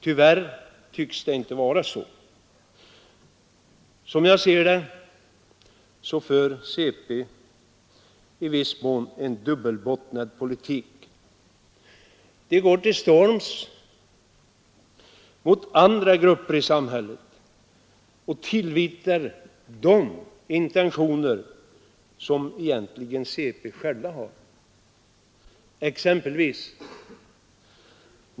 Tyvärr tycks det inte vara så. Som jag ser det för centerpartisterna en i viss mån dubbelbottnad politik. De går till storms mot andra grupper i samhället och tillvitar dem intentioner som egentligen centerpartisterna själva har.